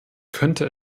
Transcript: könnte